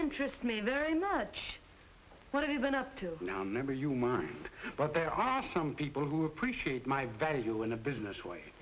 interest me very much what have you been up to now never you mind but there are some people who appreciate my value in a business w